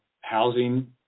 housing